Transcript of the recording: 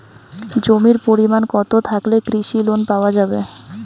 জমির পরিমাণ কতো থাকলে কৃষি লোন পাওয়া যাবে?